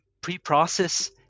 pre-process